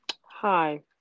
hi